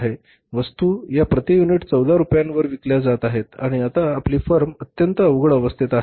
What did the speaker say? वस्तू या प्रति युनिट 14 रुपयांवर विकले जात आहेत आणि आता आपली फर्म अत्यंत अवघड अवस्थेत आहे